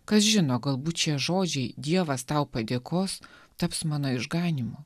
kas žino galbūt šie žodžiai dievas tau padėkos taps mano išganymu